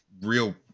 real